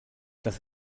das